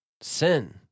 sin